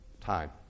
Time